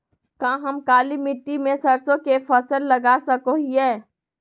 का हम काली मिट्टी में सरसों के फसल लगा सको हीयय?